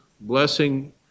blessing